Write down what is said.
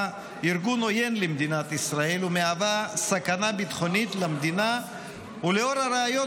ארגון עוין למדינת ישראל ומהווה סכנה ביטחונית למדינה ולאור הראיות